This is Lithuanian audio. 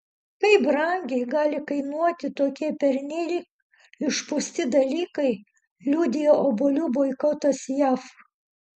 kaip brangiai gali kainuoti tokie pernelyg išpūsti dalykai liudija obuolių boikotas jav